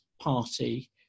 party